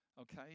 okay